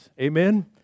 Amen